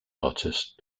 artist